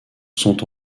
sont